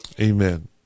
Amen